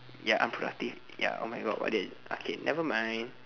ya unproductive ya oh my god why did I okay nevermind